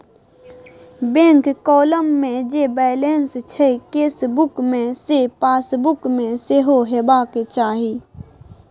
bank column मे जे balance छै केसबुक मे सैह पासबुक मे सेहो हेबाक चाही